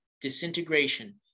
Disintegration